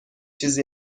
چیزی